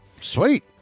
Sweet